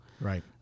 Right